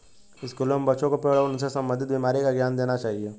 स्कूलों में बच्चों को पेड़ और उनसे संबंधित बीमारी का ज्ञान देना चाहिए